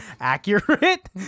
accurate